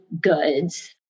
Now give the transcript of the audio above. goods